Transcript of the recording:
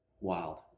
wild